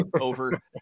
over